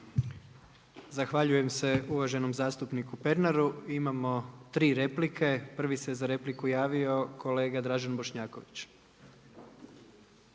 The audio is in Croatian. Zahvaljujem se uvaženom zastupniku Pernaru. Imamo 3 replike. Prvi se za repliku javio kolega Dražen Bošnjaković.